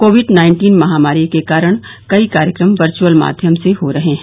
Covid nineteen महामारी के कारण कई कार्यक्रम वर्चुअल माध्यम से हो रहे हैं